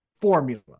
formula